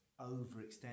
overextend